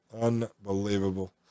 Unbelievable